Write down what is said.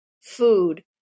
food